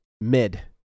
mid